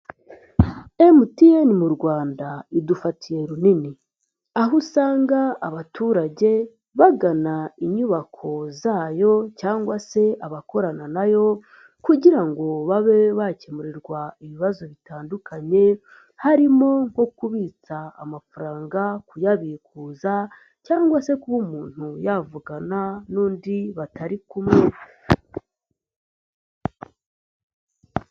MTN mu Rwanda idufatiye runini, aho usanga abaturage bagana inyubako zayo cyangwa se abakorana na yo kugira ngo babe bakemurirwa ibibazo bitandukanye harimo nko kubitsa amafaranga, kuyabikuza cyangwa se kuba umuntu yavugana n'undi batari kumwe.